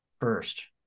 first